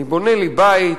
אני בונה לי בית,